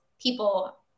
people